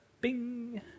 bing